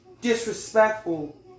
disrespectful